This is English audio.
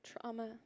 trauma